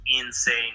insane